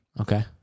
Okay